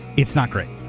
it's not great.